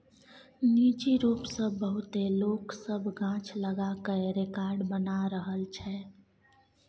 निजी रूप सँ बहुते लोक सब गाछ लगा कय रेकार्ड बना रहल छै